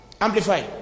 Amplify